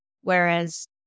whereas